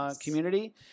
community